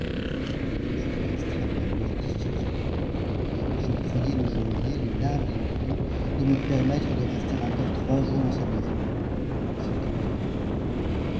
je fus extrêmement mortifié de ces paroles je priai le joaillier les larmes aux yeux de me permettre de rester encore trois jours dans sa maison ce qu'il m'accorda